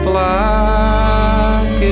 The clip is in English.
Black